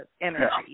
energy